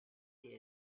they